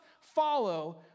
follow